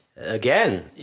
Again